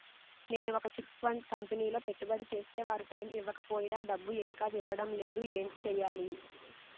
నేను ఒక chit fund కంపెనీలో పెట్టుబడి చేస్తే వారు టైమ్ ఇవ్వకపోయినా డబ్బు ఇంకా ఇవ్వడం లేదు ఏంటి చేయాలి?